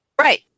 Right